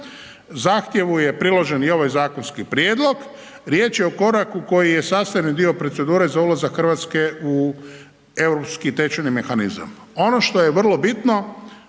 Zahtjevu je priložen i ovaj zakonski prijedlog. Riječ je o koraku koji je sastavni dio procedure za ulazak Hrvatske u europski tečajni mehanizam. Ono što je vrlo bitno